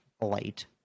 light